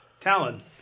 Talon